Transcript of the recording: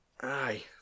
aye